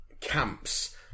camps